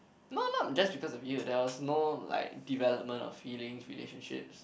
no not just because of you there was no like development or feelings relationships